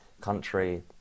country